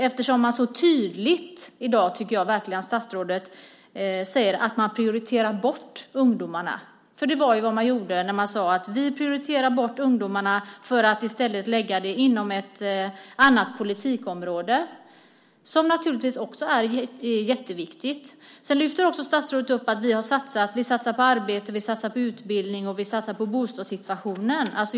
Statsrådet säger så tydligt i dag att man prioriterar bort ungdomarna. Det är vad som gjordes när man sade att man prioriterar bort ungdomarna för att i stället lägga pengarna inom ett annat politikområde - som naturligtvis också är jätteviktigt. Statsrådet lyfter sedan fram att man satsar på arbete, utbildning och bostadssituationen.